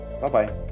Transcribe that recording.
Bye-bye